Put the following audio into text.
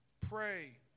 pray